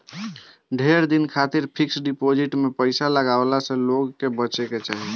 ढेर दिन खातिर फिक्स डिपाजिट में पईसा लगावे से लोग के बचे के चाही